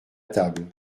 table